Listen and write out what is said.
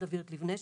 ורדה וירט לבנה,